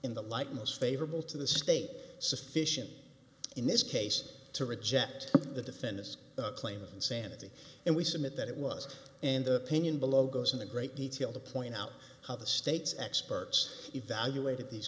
in the light most favorable to the state sufficient in this case to reject the defendant's claim of insanity and we submit that it was and the pinion below goes into great detail to point out how the state's experts evaluated these